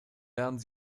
lernen